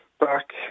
back